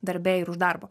darbe ir už darbo